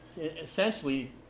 Essentially